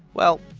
well,